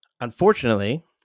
Unfortunately